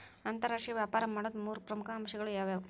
ಅಂತರಾಷ್ಟ್ರೇಯ ವ್ಯಾಪಾರ ಮಾಡೋದ್ ಮೂರ್ ಪ್ರಮುಖ ಅಂಶಗಳು ಯಾವ್ಯಾವು?